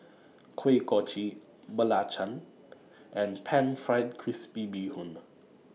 Kuih Kochi Belacan and Pan Fried Crispy Bee Hoon